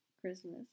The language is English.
Christmas